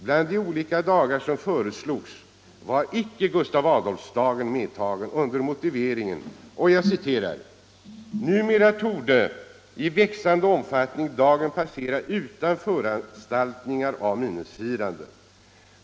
Bland de olika dagar som föreslogs var inte Gustav Adolfsdagen medtagen under motiveringen: ”Numera torde i växande omfattning dagen passera utan föranstaltningar av minnesfirande.